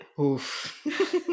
Oof